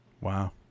Wow